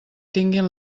tinguin